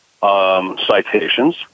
citations